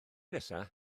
nesaf